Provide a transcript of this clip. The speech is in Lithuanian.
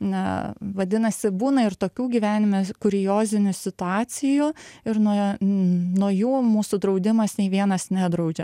na vadinasi būna ir tokių gyvenime kuriozinių situacijų ir nuo nuo jų mūsų draudimas nei vienas nedraudžia